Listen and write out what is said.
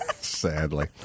Sadly